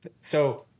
So-